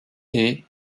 est